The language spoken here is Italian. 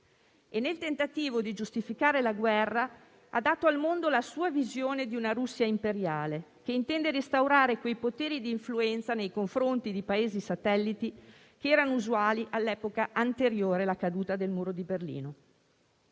Nel tentativo di giustificare la guerra, ha dato al mondo la sua visione di una Russia imperiale che intende restaurare quei poteri di influenza nei confronti di Paesi satelliti che erano usuali all'epoca anteriore la caduta del Muro di Berlino.